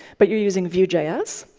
but you're using vue js.